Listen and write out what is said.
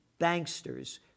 Banksters